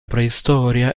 preistoria